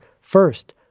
First